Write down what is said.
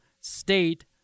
State